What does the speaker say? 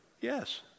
Yes